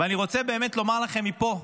ואני רוצה באמת לומר לכם מפה,